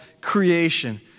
creation